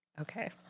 okay